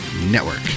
Network